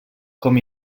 com